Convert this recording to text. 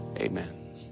Amen